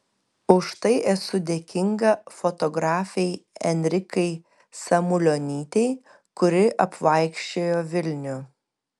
už tai esu dėkinga fotografei enrikai samulionytei kuri apvaikščiojo vilnių